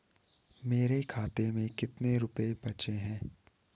मेरे खाते में कितने रुपये बचे हैं?